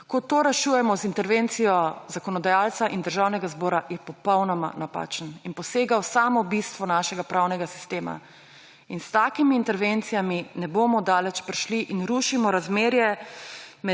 kako to rešujemo, z intervencijo zakonodajalca in Državnega zbora, je popolnoma napačen in posega v samo bistvo našega pravnega sistema. S takimi intervencijami ne bomo daleč prišli in rušimo razmerje